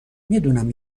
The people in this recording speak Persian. میدونم